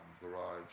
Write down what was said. garage